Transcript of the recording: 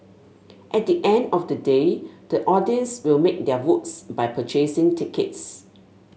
at the end of the day the audience will make their votes by purchasing tickets